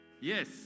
Yes